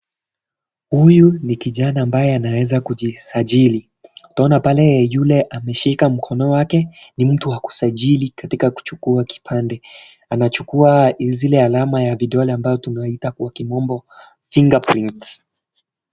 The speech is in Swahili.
Huyu ni kijana ambaye anaweza kujisajili. Tunaona pale yule ameshika mkono wake ni mtu wa kusajili katika kuchukua kipande. Anachukua zile alama ya vidole ambayo tunaita kwa kimombo fingerprints .